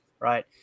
right